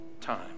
time